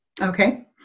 Okay